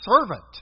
servant